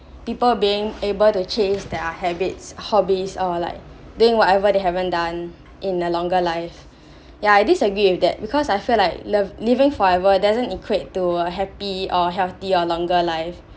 people being able to chase their habits hobbies or like doing whatever they haven't done in a longer life yeah I disagree with that because I feel like love living forever doesn't equate to happy or healthy or longer life